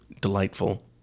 delightful